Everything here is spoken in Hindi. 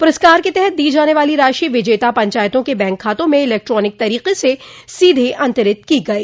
पुरस्कार के तहत दी जाने वाली राशि विजेता पंचायतों के बैंक खातों में इलेक्ट्रॉनिक तरीके से सीधे अंतरित की गई